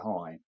high